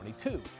2022